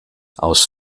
aus